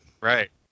Right